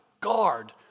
guard